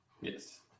yes